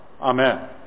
amen